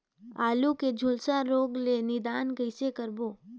आलू के झुलसा रोग ले निदान कइसे करबो?